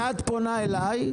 אביעד כשאת פונה אליי,